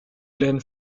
glenn